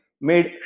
made